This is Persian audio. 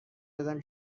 کردم